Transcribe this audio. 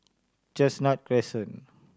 Chestnut Crescent